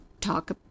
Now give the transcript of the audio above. talk